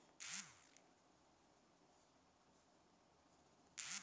ऊँन के साफ क के मशीन से कताई होला